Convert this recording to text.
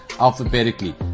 alphabetically